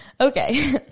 Okay